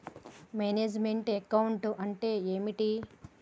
Manage meant account అంటే ఏమిటి?